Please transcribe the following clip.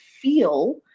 feel